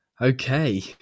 Okay